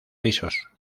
lisos